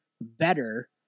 better